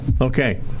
Okay